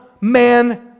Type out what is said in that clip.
man